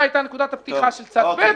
מה היתה נקודת הפתיחה של צד ב',